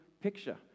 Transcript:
picture